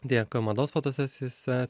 tiek mados fotosesijose